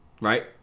right